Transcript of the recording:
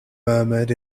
murmured